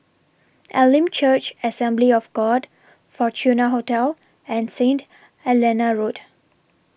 Elim Church Assembly of God Fortuna Hotel and Saint Helena Road